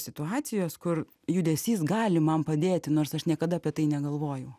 situacijos kur judesys gali man padėti nors aš niekada apie tai negalvojau